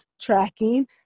tracking